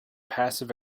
passive